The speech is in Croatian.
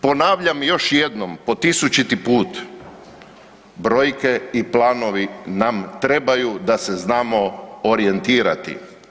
Ponavljam još jednom, po tisućiti put, brojke i planovi nam trebaju da se znamo orijentirati.